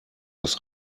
das